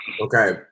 Okay